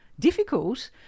difficult